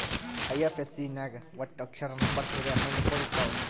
IFSC ನಾಗ್ ವಟ್ಟ ಅಕ್ಷರ, ನಂಬರ್ ಸೇರಿ ಹನ್ನೊಂದ್ ಕೋಡ್ ಇರ್ತಾವ್